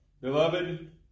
Beloved